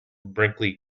brinkley